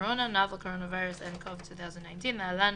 הקורונה (Novel Coronavirus nCov-2019) (להלן,